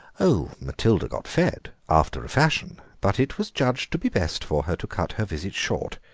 oh, matilda got fed, after a fashion, but it was judged to be best for her to cut her visit short.